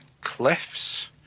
cliffs